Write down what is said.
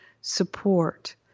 support